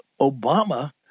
Obama